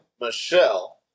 Michelle